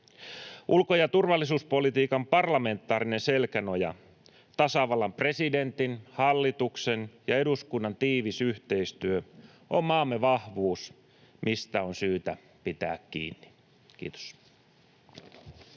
Ulko- ja turvallisuuspolitiikan parlamentaarinen selkänoja — tasavallan presidentin, hallituksen ja eduskunnan tiivis yhteistyö — on maamme vahvuus, mistä on syytä pitää kiinni. — Kiitos.